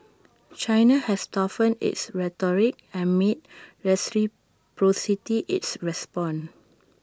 China has toughened its rhetoric and made reciprocity its response